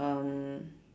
um